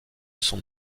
son